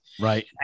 right